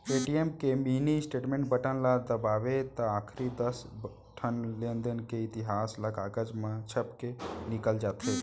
ATM के mini statement button ल दबावें त आखरी दस ठन लेनदेन के इतिहास ह कागज म छपके निकल जाथे